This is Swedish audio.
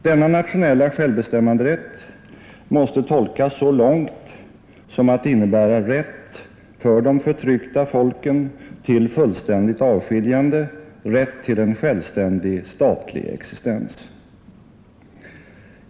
Denna nationella självbestämmanderätt måste tolkas så långt som att innebära rätt för de förtryckta folken till fullständigt avskiljande, rätt till en självständig statlig existens.